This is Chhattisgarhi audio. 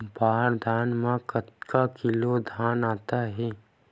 बार दाना में कतेक किलोग्राम धान आता हे?